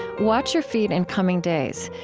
watch your feed in coming days.